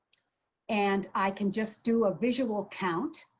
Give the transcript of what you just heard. and i can just do a visual count.